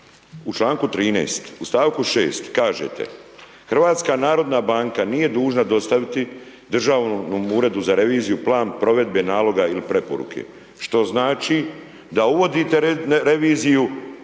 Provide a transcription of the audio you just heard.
u članku 13. u stavku 6. kažete, HNB nije dužna dostaviti Državnom uredu za reviziju plan provedbe naloga ili preporuke, što znači da uvodite reviziju